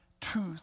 Truth